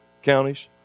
counties